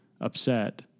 upset